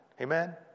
Amen